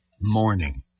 morning